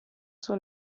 sua